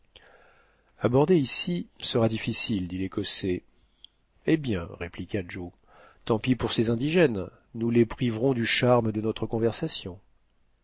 aborder ici sera difficile dit l'ecossais eh bien répliqua joe tant pis pour ces indigènes nous les priverons du charme de notre conversation